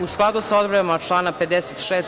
U skladu sa odredbama člana 56.